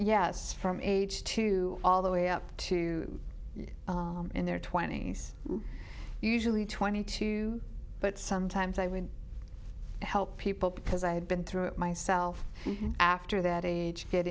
yes from age two all the way up to in their twenty's usually twenty two but sometimes i would help people because i had been through it myself after that age